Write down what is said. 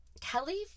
kelly